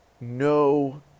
no